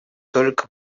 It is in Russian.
только